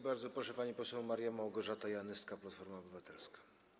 Bardzo proszę, pani poseł Maria Małgorzata Janyska, Platforma Obywatelska.